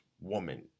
woman